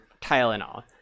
Tylenol